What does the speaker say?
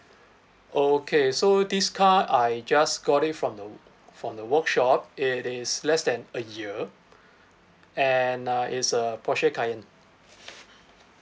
okay so this car I just got it from the from the workshop it is less than a year and uh it's a porsche cayenne